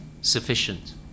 sufficient